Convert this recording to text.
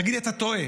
תגיד לי: אתה טועה,